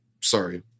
Sorry